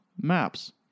maps